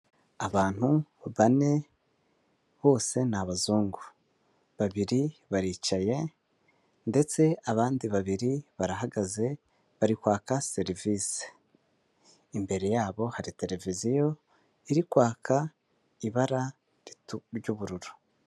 Abantu bane bose ni abazungu. Babiri baricaye ndetse abandi babiri barahagaze, bari kwaka serivisi. imbere yabo hari televiziyo iri kwaka ibara ritu ry'ubururu.